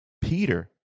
Peter